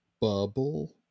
bubble